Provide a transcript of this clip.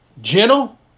gentle